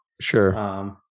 Sure